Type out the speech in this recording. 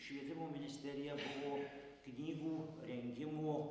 švietimo ministerija buvo knygų rengimo